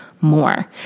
more